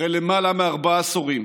אחרי למעלה מארבעה עשורים,